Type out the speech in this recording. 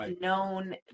known